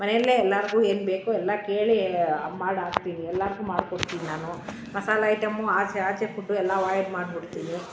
ಮನೆಯಲ್ಲೇ ಎಲ್ಲರ್ಗು ಏನು ಬೇಕೊ ಎಲ್ಲ ಕೇಳಿ ಮಾಡಿ ಹಾಕ್ತೀನಿ ಎಲ್ಲರ್ಗು ಮಾಡ್ಕೊಡ್ತೀನಿ ನಾನು ಮಸಾಲೆ ಐಟಮ್ಮು ಆಚೆ ಆಚೆ ಫುಡ್ಡು ಎಲ್ಲ ಅವಾಯ್ಡ್ ಮಾಡ್ಬಿಡ್ತೀನಿ